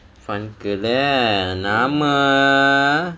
funcle lah nama